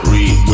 Read